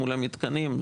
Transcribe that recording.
מול המתקנים,